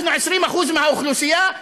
אנחנו 20% מהאוכלוסייה,